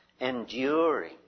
Enduring